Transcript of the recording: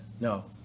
No